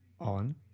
On